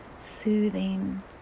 soothing